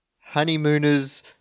Honeymooners